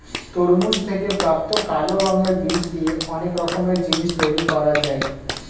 তরমুজ থেকে প্রাপ্ত কালো রঙের বীজ দিয়ে অনেক রকমের জিনিস তৈরি করা যায়